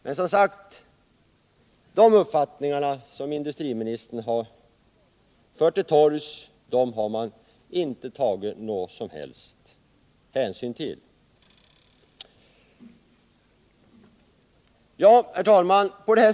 Men, som sagt, den uppfattning som industriministern har fört till torgs har man inte tagit någon som helst hänsyn till. Herr talman!